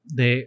de